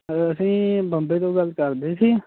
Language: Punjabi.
ਅਸੀਂ ਬੰਬੇ ਤੋਂ ਗੱਲ ਕਰਦੇ ਸੀ